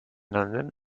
london